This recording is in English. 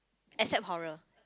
except horror